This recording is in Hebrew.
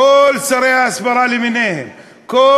כל שרי ההסברה למיניהם, כל